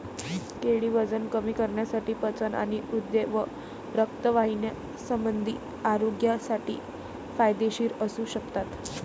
केळी वजन कमी करण्यासाठी, पचन आणि हृदय व रक्तवाहिन्यासंबंधी आरोग्यासाठी फायदेशीर असू शकतात